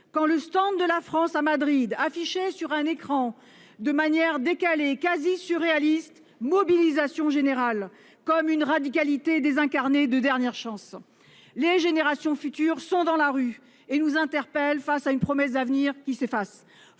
quand le stand de la France à Madrid affichait sur un écran lumineux, de manière décalée, quasi surréaliste :« Mobilisation générale », comme une radicalité désincarnée de dernière chance. Les générations futures sont dans la rue et nous interpellent face à une promesse d'avenir qui s'efface